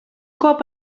cop